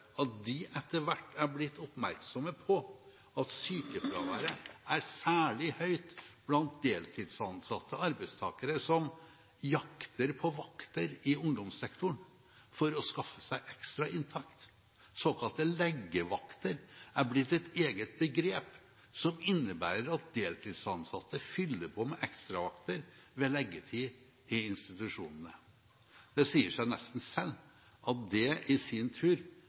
at de etter hvert har blitt oppmerksomme på at sykefraværet er særlig høyt blant deltidsansatte arbeidstakere som jakter på vakter i ungdomssektoren for å skaffe seg ekstra inntekt. Såkalte leggevakter er blitt et eget begrep som innebærer at deltidsansatte fyller på med ekstravakter ved leggetid i institusjonene. Det sier seg nesten selv at det i sin tur